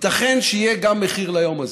ייתכן שיהיה גם מחיר ליום הזה.